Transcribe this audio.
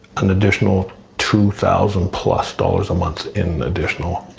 an additional two thousand plus dollars a month in additional